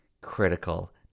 critical